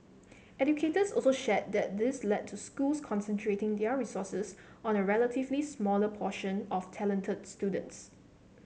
educators also shared that this led to schools concentrating their resources on a relatively smaller portion of talented students